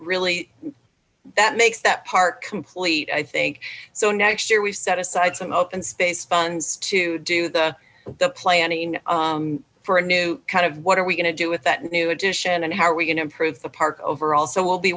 really that makes that park complete i think so next year we've set aside some open space funds to do the planning for a new kind of what are we going to do with that new addition and how are we going to improve the park overall so we'll be